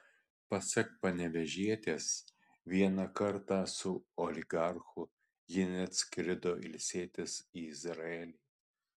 pasak panevėžietės vieną kartą su oligarchu ji net skrido ilsėtis į izraelį